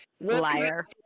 Liar